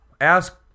ask